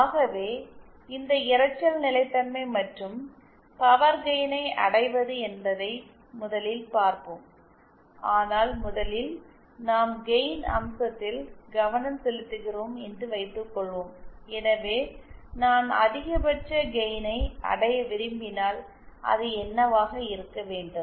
ஆகவே இந்த இரைச்சல் நிலைத்தன்மை மற்றும் பவர் கெயினை அடைவது என்பதை முதலில் பார்ப்போம் ஆனால் முதலில் நாம் கெயினின் அம்சத்தில் கவனம் செலுத்துகிறோம் என்று வைத்துக்கொள்வோம் எனவே நான் அதிகபட்ச கெயினை அடைய விரும்பினால் அது என்னவாக இருக்க வேண்டும்